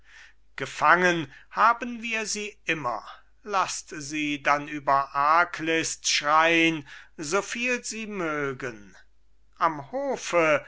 gefangen haben wir sie immer laßt sie dann über arglist schrein so viel sie mögen am hofe